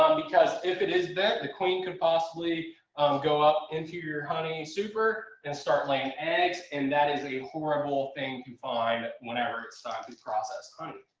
um because if it is bent the queen could possibly go up into your honey super and start laying eggs and that is a horrible thing to find whenever it's time to process honey.